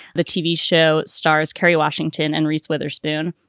the tv show stars kerry washington and reese witherspoon.